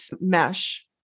MESH